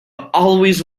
always